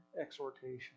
exhortation